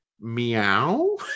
meow